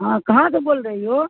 ہاں کہاں تو بول رہی ہو